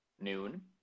noon